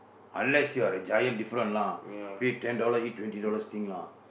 unless you're a giant different lah pay ten dollars eat twenty dollars thing lah